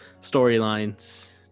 storylines